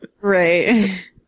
Right